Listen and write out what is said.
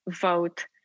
vote